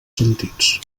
sentits